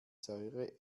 säure